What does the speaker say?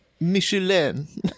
Michelin